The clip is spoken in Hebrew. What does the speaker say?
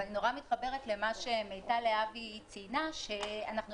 ואני מאוד מתחברת למה שמיטל להבי ציינה שאנחנו